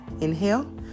Inhale